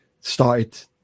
started